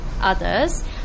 Others